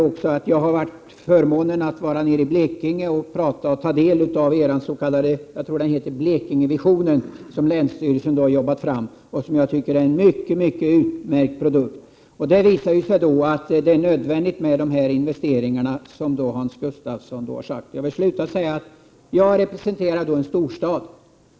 Jag har haft förmånen att vara nere i Blekinge och ta del av er s.k. Blekingevision, som länsstyrelsen har jobbat fram och som jag tycker är en utmärkt produkt. Den visar att det är nödvändiga investeringar som Hans Gustafsson har talat för. Jag vill avsluta med att säga att jag representerar en storstad.